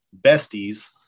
besties